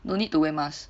no need to wear mask